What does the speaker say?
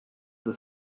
the